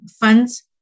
funds